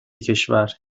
کشور